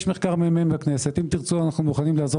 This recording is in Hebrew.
יש מחקר ממ"מ בכנסת אם תרצו נוכל לעזור